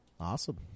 Awesome